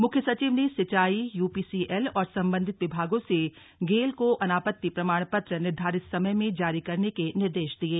मुख्य सचिव ने सिंचाई यूपीसीएल और सम्बन्धित विभागों से गेल को अनापत्ति प्रमाण पत्र निर्धारित समय में जारी करने के निर्देश दिये